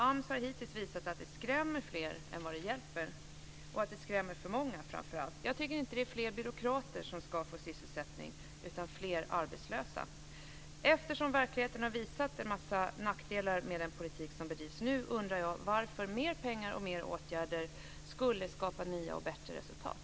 AMS har hittills visat att det skrämmer fler än vad det hjälper, och framför allt att det skrämmer för många. Jag tycker inte att det är fler byråkrater som ska få sysselsättning utan fler arbetslösa. Eftersom verkligheten har visat en massa nackdelar med den politik som bedrivs nu undrar jag varför mer pengar och mer åtgärder skulle skapa nya och bättre resultat.